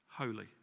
Holy